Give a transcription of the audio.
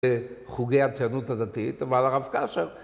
וחוגי הציונות הדתית, אבל הרב קשר.